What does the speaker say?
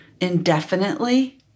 indefinitely